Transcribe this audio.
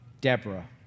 Deborah